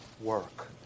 work